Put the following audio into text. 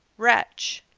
wretch!